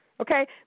okay